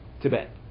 Tibet